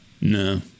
No